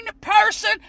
person